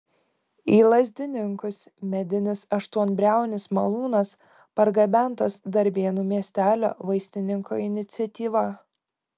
į lazdininkus medinis aštuonbriaunis malūnas pargabentas darbėnų miestelio vaistininko iniciatyva